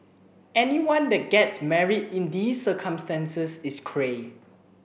anyone that gets married in these circumstances is Cray